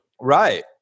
Right